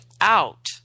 out